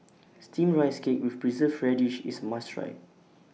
Steamed Rice Cake with Preserved Radish IS A must Try